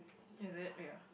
is it oh ya